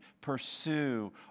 pursue